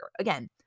Again